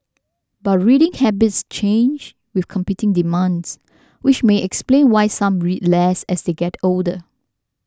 but reading habits change with competing demands which may explain why some read less as they get older